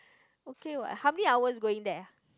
okay what how many hours going there ah